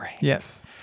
Yes